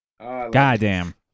Goddamn